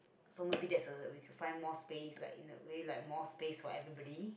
so maybe that's uh we can find more space like in a way like more space for everybody